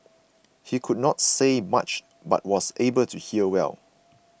he could not say much but was able to hear well